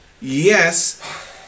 yes